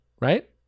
Right